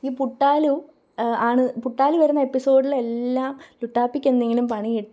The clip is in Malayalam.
ഈ പുട്ടാലു ആണ് പുട്ടാലു വരുന്ന എപ്പിസോഡിൽ എ ല്ലാം ലുട്ടാപ്പിക്ക് എന്തെങ്കിലും പണി കിട്ടി